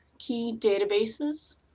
key databases,